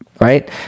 Right